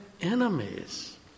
enemies